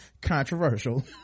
controversial